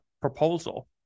proposal